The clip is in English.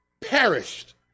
perished